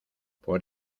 por